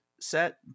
set